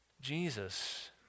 Jesus